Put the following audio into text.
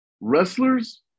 wrestlers